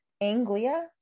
anglia